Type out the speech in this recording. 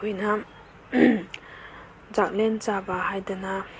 ꯑꯩꯈꯣꯏꯅ ꯆꯥꯛꯂꯦꯟ ꯆꯥꯕ ꯍꯥꯏꯗꯅ